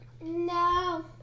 No